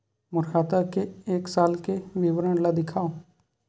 मोर खाता के एक साल के विवरण ल दिखाव?